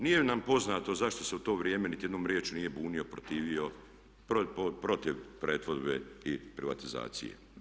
Nije nam poznato zašto se u to vrijeme niti jednom riječju nije bunio, protivio protiv pretvorbe i privatizacije.